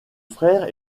frère